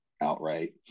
outright